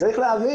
כי צריך להבין.